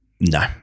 no